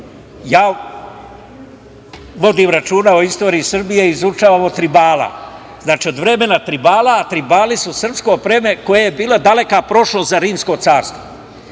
ja vodim računa o istoriji Srbiji, izučavam od Tribala, znači, od vremena Tribala. Tribali su srpsko pleme koje je bilo daleka prošlost za rimsko carstvo.